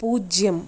പൂജ്യം